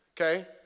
Okay